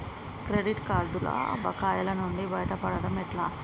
Credit కార్డుల బకాయిల నుండి బయటపడటం ఎట్లా?